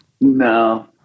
No